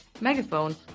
megaphone